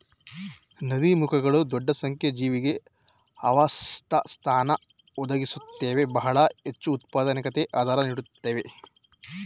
ನದೀಮುಖಗಳು ದೊಡ್ಡ ಸಂಖ್ಯೆ ಜೀವಿಗೆ ಆವಾಸಸ್ಥಾನ ಒದಗಿಸುತ್ವೆ ಬಹಳ ಹೆಚ್ಚುಉತ್ಪಾದಕತೆಗೆ ಆಧಾರ ನೀಡುತ್ವೆ